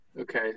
Okay